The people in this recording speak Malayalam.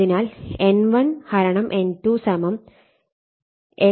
അതിനാൽ N1 N2 81 K